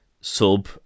sub